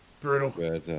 Brutal